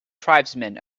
tribesmen